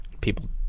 people